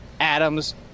Adams